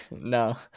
no